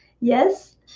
Yes